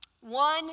one